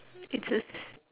it's just